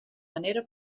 manera